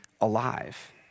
alive